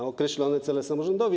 Na określone cele samorządowi.